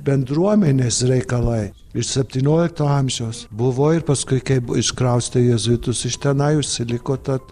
bendruomenės reikalai iš septyniolikto amžiaus buvo ir paskui kaip iškraustė jėzuitus iš tenai užsiliko tad